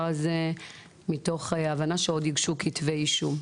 הזה מתוך הבנה שעוד יוגשו כתבי אישום.